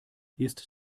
ist